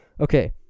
Okay